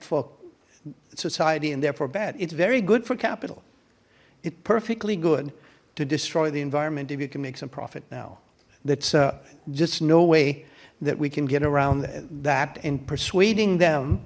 for society and therefore bad it's very good for capital it's perfectly good to destroy the environment if you can make some profit now that's just no way that we can get around that and persuading them